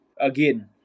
again